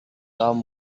tom